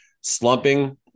Slumping